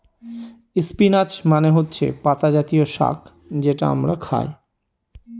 spinach মানে হচ্ছে পাতা জাতীয় শাক যেটা আমরা খায়